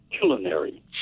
Culinary